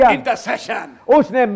intercession